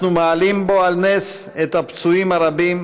אנחנו מעלים בו על נס את הפצועים הרבים,